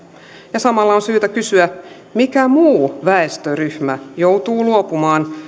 ja samalla on syytä kysyä mikä muu väestöryhmä joutuu luopumaan